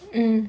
mm